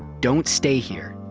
don't stay here.